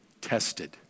tested